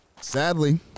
Sadly